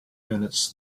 units